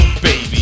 baby